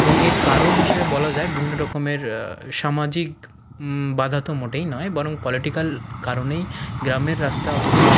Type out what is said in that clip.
এবং এর কারণ হিসেবে বলা যায় বিভিন্ন রকমের সামাজিক বাধা তো মোটেই নয় বরং পলিটিক্যাল কারণেই গ্রামের রাস্তা অতটা